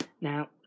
Now